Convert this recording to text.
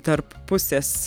tarp pusės